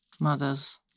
mothers